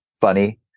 Funny